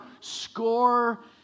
score